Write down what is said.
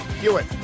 Hewitt